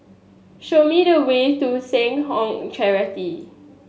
show me the way to Seh Ong Charity